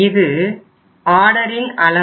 இது ஆர்டரின் அளவு